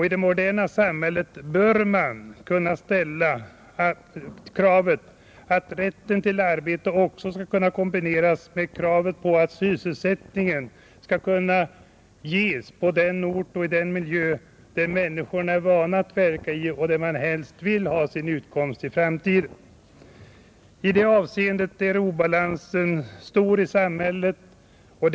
I det moderna samhället bör man kunna ställa kravet att rätten till arbete också skall kombineras med krav på att sysselsättningen skall kunna ges på den ort och i den miljö som människorna är vana att verka i och där de helst vill ha sin utkomst i framtiden. I detta avseende är obalansen i samhället stor.